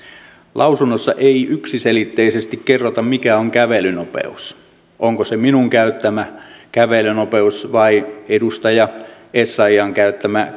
lausunnossa ei yksiselitteisesti kerrota mikä on kävelynopeus onko se minun käyttämäni kävelynopeus vai edustaja essayahin käyttämä